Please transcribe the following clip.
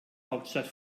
hauptstadt